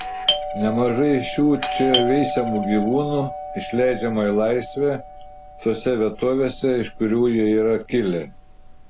nemažai šių čia veisiamų gyvūnų išleidžiama į laisvę tose vietovėse iš kurių jie yra kilę